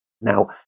Now